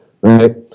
right